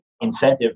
incentive